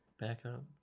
backup